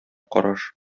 караш